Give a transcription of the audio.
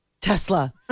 Tesla